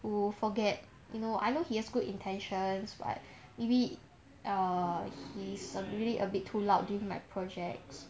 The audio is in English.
who forget you know I know he has good intentions but maybe err he's really a bit too loud during my projects